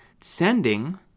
sending